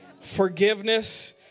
forgiveness